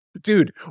dude